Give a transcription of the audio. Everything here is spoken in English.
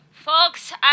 Folks